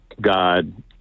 God